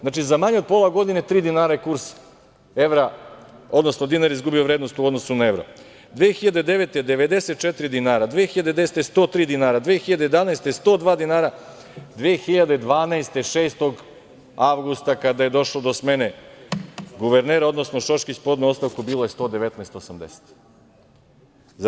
Znači, za manje od pola godine tri dinara je kurs evra, odnosno dinar izgubio vrednost u odnosu na evro, 2009. godine 94 dinara, 2010. godine 103 dinara, 2011. godine 102 dinara, 2012. godine 6. avgusta, kada je došlo do smene guvernera, odnosno Šoškić podneo ostavku, bilo je 119,80 dinara.